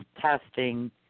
testing